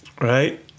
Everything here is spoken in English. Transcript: Right